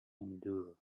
endure